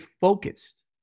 focused